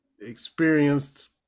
experienced